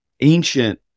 ancient